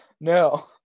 No